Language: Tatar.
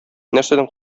нәрсәдән